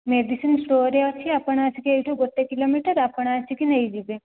medicine ଷ୍ଟୋରରେ ଅଛି ଆପଣ ଆସିକି ଏଇଠୁ ଗୋଟିଏ କିଲୋମିଟର ଆପଣ ଆସିକି ନେଇଯିବେ